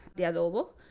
the adobo,